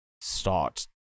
start